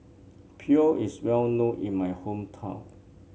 pho is well known in my hometown